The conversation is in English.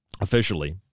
officially